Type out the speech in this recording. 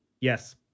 Yes